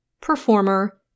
performer